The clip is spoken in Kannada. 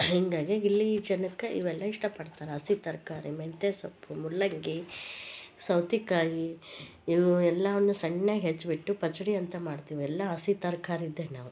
ಹಿಂಗಾಗಿ ಇಲ್ಲಿ ಜನಕ್ಕ ಇವೆಲ್ಲ ಇಷ್ಟ ಪಡ್ತಾರ ಹಸಿ ತರ್ಕಾರಿ ಮೆಂತೆ ಸೊಪ್ಪು ಮುಲ್ಲಂಗಿ ಸೌತೆಕಾಯಿ ಇವು ಎಲ್ಲವನ್ನು ಸಣ್ಣಗ ಹೆಚ್ಬಿಟ್ಟು ಪಚ್ಡಿ ಅಂತ ಮಾಡ್ತೀವಿ ಎಲ್ಲ ಹಸಿ ತರಕಾರಿಯದ್ದೆ ನಾವು